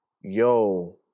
yo